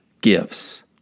gifts